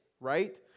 right